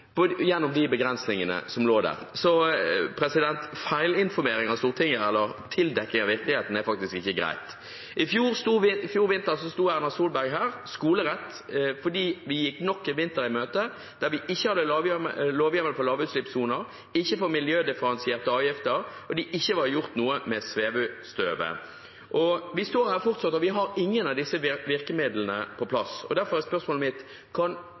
gjennom de begrensningene som lå der. Feilinformering overfor Stortinget eller tildekking av virkeligheten, er ikke greit. I fjor vinter sto Erna Solberg skolerett her fordi vi gikk nok en vinter i møte der vi ikke hadde lovgivning for lavutslippssoner eller for miljødifferensierte avgifter, og der det ikke var gjort noe med svevestøvet. Vi står her fortsatt, og vi har ingen av disse virkemidlene på plass. Derfor er spørsmålet mitt: